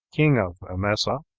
king of emesa